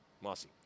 Mossy